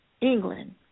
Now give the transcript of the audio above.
England